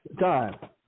Time